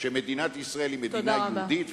שמדינת ישראל היא מדינה יהודית,